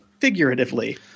figuratively